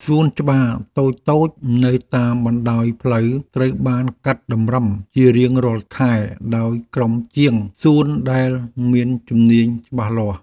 សួនច្បារតូចៗនៅតាមបណ្តោយផ្លូវត្រូវបានកាត់តម្រឹមជារៀងរាល់ខែដោយក្រុមជាងសួនដែលមានជំនាញច្បាស់លាស់។